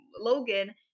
Logan